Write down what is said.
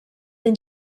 than